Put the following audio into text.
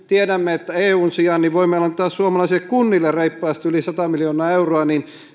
tiedämme että eun sijaan voimme antaa suomalaisille kunnille reippaasti yli sata miljoonaa euroa